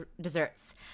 desserts